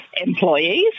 employees